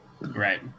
Right